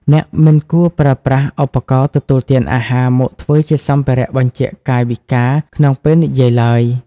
អ្នកមិនគួរប្រើប្រាស់ឧបករណ៍ទទួលទានអាហារមកធ្វើជាសម្ភារៈបញ្ជាក់កាយវិការក្នុងពេលនិយាយឡើយ។